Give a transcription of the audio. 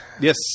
Yes